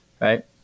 right